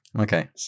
Okay